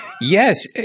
Yes